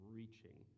reaching